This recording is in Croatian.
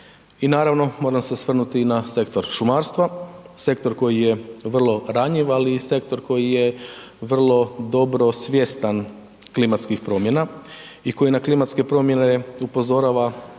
I naravno, moram se osvrnuti i na sektor šumarstva, sektor koji je vrlo ranjiv, ali i sektor koji je vrlo dobro svjestan klimatskih promjena i koji na klimatske promjene upozorava,